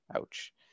Ouch